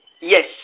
Yes